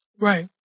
Right